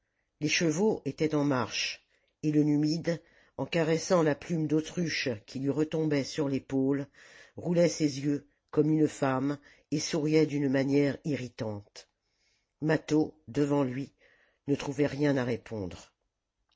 les chevaux étaient en marche et le numide en caressant la plume d'autruche qui lui retombait sur l'épaule roulait ses yeux comme une femme et souriait d'une manière irritante mâtho devant lui ne trouvait rien à répondre